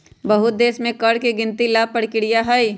बहुत देश में कर के गिनती ला परकिरिया हई